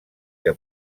que